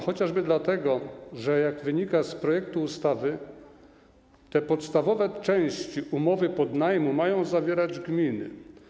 Chociażby dlatego że, jak wynika z projektu ustawy, te podstawowe części umowy podnajmu mają zawierać gminy.